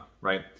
right